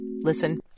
Listen